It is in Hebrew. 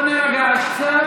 הכנסת, בואו נירגע קצת.